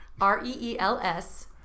R-E-E-L-S